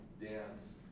dance